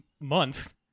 month